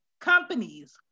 companies